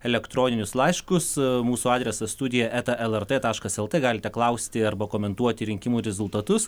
elektroninius laiškus mūsų adresas studija eta lrt taškas lt galite klausti arba komentuoti rinkimų rezultatus